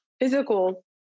physical